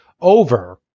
over